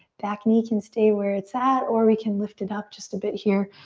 back knee can stay where it's at or we can lift it up just a bit here.